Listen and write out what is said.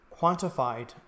quantified